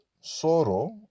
sorrow